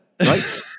Right